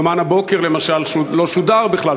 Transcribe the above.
"יומן הבוקר" לא שודר כלל,